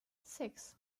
six